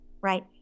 right